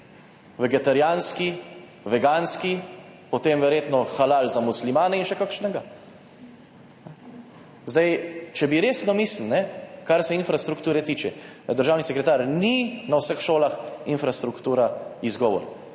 vegetarijanski, veganski, potem verjetno halal za muslimane in še kakšnega. Če bi resno mislili, kar se infrastrukture tiče, državni sekretar, ni na vseh šolah infrastruktura izgovor,